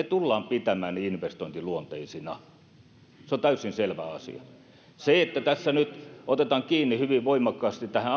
tullaan pitämään investointiluonteisina se on täysin selvä asia kun tässä nyt otetaan kiinni hyvin voimakkaasti tähän